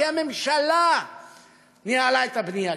כי הממשלה ניהלה את הבנייה,